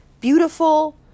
beautiful